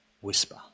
whisper